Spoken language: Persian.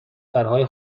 پرهای